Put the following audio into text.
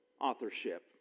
authorship